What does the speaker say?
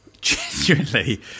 Genuinely